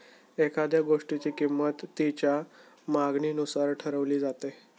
एखाद्या गोष्टीची किंमत तिच्या मागणीनुसार ठरवली जाते